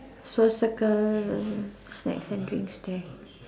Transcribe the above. so circle snacks and drinks there